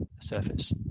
surface